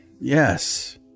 Yes